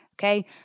Okay